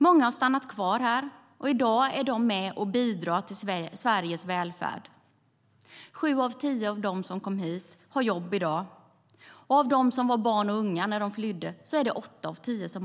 Många har stannat kvar här, och i dag är de med och bidrar till Sveriges välfärd. Sju av tio av dem som kom hit har jobb i dag, och bland dem som var barn eller unga när de kom till Sverige har åtta av tio arbete.